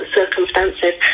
circumstances